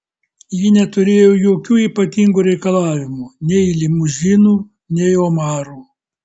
ji neturėjo jokių ypatingų reikalavimų nei limuzinų nei omarų